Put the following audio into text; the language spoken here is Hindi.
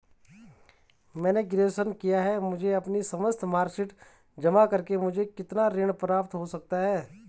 मैंने ग्रेजुएशन किया है मुझे अपनी समस्त मार्कशीट जमा करके मुझे ऋण प्राप्त हो सकता है?